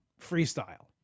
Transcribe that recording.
freestyle